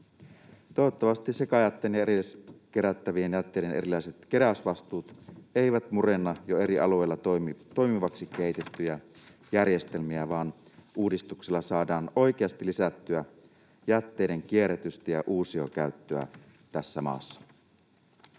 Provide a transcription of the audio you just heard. Toivottavasti sekajätteen ja erilliskerättävien jätteiden erilaiset keräysvastuut eivät murenna jo eri alueilla toimiviksi kehitettyjä järjestelmiä, vaan uudistuksella saadaan oikeasti lisättyä jätteiden kierrätystä ja uusiokäyttöä tässä maassa.